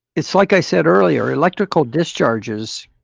it's like i said earlier electrical discharges